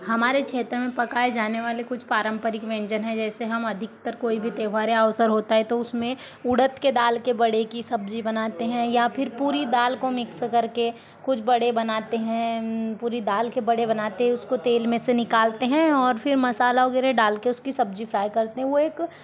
हमारे क्षेत्र में पकाए जाने वाले कुछ पारंपरिक व्यंजन हैं जैसे हम अधिकतर कोई भी त्यौहार या अवसर होता है तो उसमें उड़द के दाल के वड़े की सब्ज़ी बनाते हैं या फिर पूरी दाल को मिक्स करके कुछ वड़े बनाते हैं पूरी दाल के वड़े बनाते है उसको तेल में से निकालते हैं और फिर मसाला वगैरह डालते हैं उसकी सब्ज़ी फ़्राय करते हैं वो एक